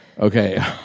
okay